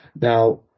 Now